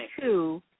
two